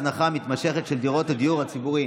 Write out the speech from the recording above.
הזנחה מתמשכת של דירות הדיור הציבורי